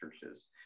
churches